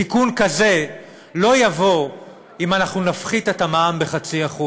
תיקון כזה לא יבוא אם אנחנו נפחית את המע"מ ב-0.5%.